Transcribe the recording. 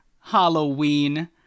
Halloween